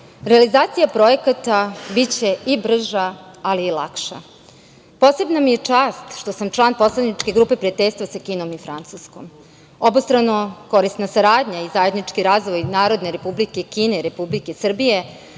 realizacija projekata biće i brža ali i lakša. Posebna mi je čast što sam član Poslaničke grupe prijateljstva sa Kinom i Francuskom. Obostrano korisna saradnja i zajednički razvoj Narodne Republike Kine i Republike Srbije